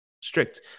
strict